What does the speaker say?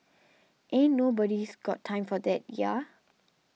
ain't nobody's got time for that ya